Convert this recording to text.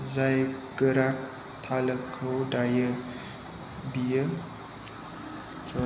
जाय गोरा थालोखौ दायो बियो ज